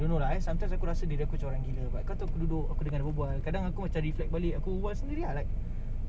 to go inside my scenario apa aku dengar lepas ni aku put into my own context lagi best ya